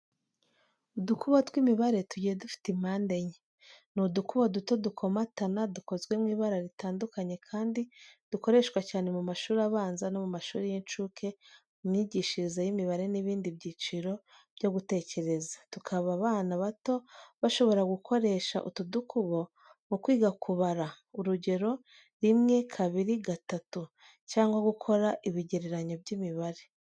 Udukubo tw’imibare tugiye dufite mpande enye. Ni udukubo duto dukomatana, dukozwe mu ibara ritandukanye kandi dukoreshwa cyane mu mashuri abanza no mu mashuri y’incuke mu myigishirize y’imibare n'ibindi byiciro byo gutekereza. Tukaba abana bato bashobora gukoresha utu dukubo mu kwiga kubara, urugero: rimwe, kabiri, gatatu … cyangwa gukora ibigereranyo by’imibare.